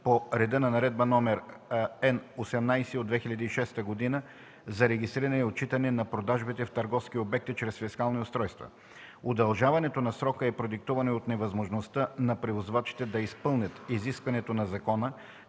по реда на Наредба № Н-18 от 2006 г. за регистриране и отчитане на продажбите в търговски обекти чрез фискални устройства. Удължаването на срока е продиктувано от невъзможността на превозвачите да изпълнят изискването на закона